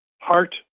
Heart